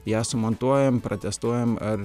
ją sumontuojam pratestuojam ar